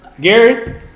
Gary